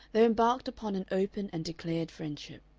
they embarked upon an open and declared friendship.